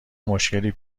مشکلی